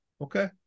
okay